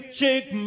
take